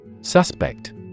Suspect